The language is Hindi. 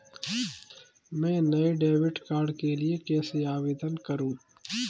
मैं नए डेबिट कार्ड के लिए कैसे आवेदन करूं?